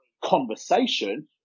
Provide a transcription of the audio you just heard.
conversation